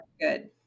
good